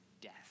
death